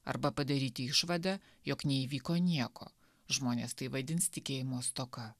arba padaryti išvadą jog neįvyko nieko žmonės tai vadins tikėjimo stoka